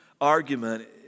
argument